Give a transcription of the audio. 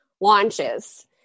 Launches